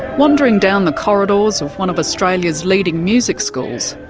wandering down the corridors of one of australia's leading music schools,